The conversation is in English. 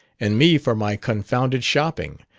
and me for my confounded shopping.